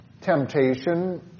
temptation